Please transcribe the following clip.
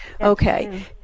Okay